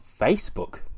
Facebook